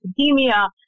academia